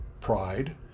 pride